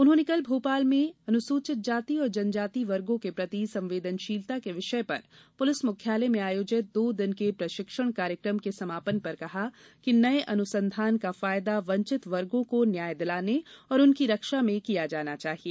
उन्होंने कल भोपाल में अनुसूचित जाति और जनजाति वर्गो के प्रति संवेदनशीलता के विषय पर पुलिस मुख्यालय में आयोजित दो दिन के प्रशिक्षण कार्यकम के समापन पर कहा कि नये अनुसंधान का फायदा वंचित वर्गो को न्याय दिलाने और उनकी रक्षा में किया जाना चाहिए